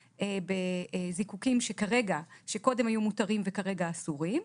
בזיקוקין שקודם היו מותרים וכרגע אסורים,